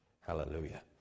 hallelujah